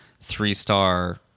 three-star